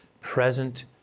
present